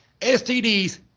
STDs